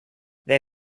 they